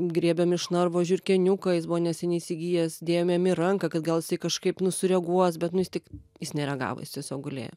griebėm iš narvo žiurkėniuką jis buvo neseniai įsigijęs dėjom jam į ranką kad gal jis kažkaip nu sureaguos bet nu is tik jis nereagavo jis tiesiog gulėjo